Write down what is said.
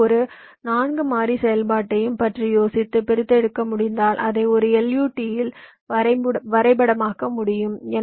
எந்தவொரு 4 மாறி செயல்பாட்டையும் பற்றி யோசித்து பிரித்தெடுக்க முடிந்தால் அதை ஒரு LUT இல் வரைபடமாக்க முடியும்